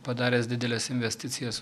padaręs dideles investicijas